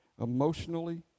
emotionally